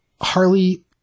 Harley